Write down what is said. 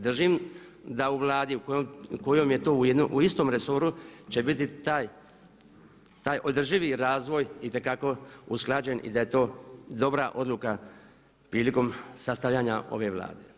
Držim da u Vladi u kojem je to istom resoru će biti taj održivi razvoj itekako usklađen i da je to dobra odluka prilikom sastavljanja ove Vlade.